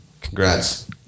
congrats